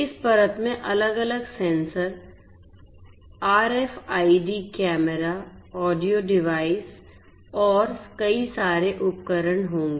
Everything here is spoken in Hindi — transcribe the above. इस परत में अलग अलग sensor RFID camera audio device और कई सारे उपकरण होंगे